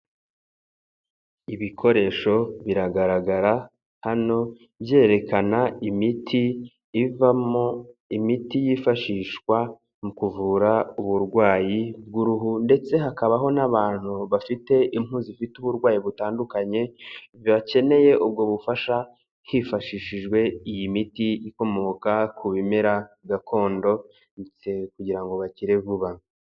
Ibikoresho biragaragara hano byerekana imiti ivamo imiti yifashishwa mu kuvura uburwayi bw'uruhu ndetse hakabaho n'abantu bafite impu zifite uburwayi butandukanye bakeneye ubwo bufasha hifashishijwe iyi miti ikomoka ku bimera gakondo kugira ngo bakire vuba.